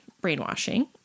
brainwashing